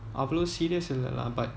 அவ்ளோ:avlo serious இல்ல:illa lah but